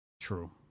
True